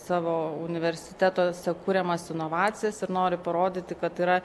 savo universitetuose kuriamas inovacijas ir nori parodyti kad yra